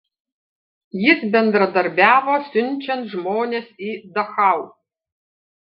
jis bendradarbiavo siunčiant žmones į dachau